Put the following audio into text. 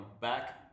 back